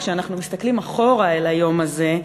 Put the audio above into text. כשאנחנו מסתכלים אחורה אל היום הזה,